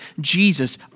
Jesus